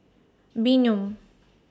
Bynum